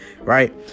right